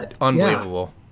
unbelievable